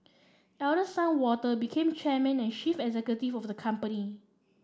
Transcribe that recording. eldest son Walter became chairman and chief executive of the company